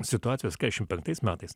situacijos keturiasdešimt penktais metais